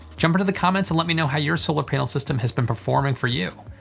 jump into the comments and let me know how your solar panel system has been performing for you.